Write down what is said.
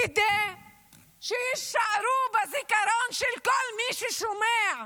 כדי שיישארו בזיכרון של כל מי ששומע.